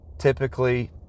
Typically